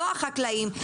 לא החקלאים.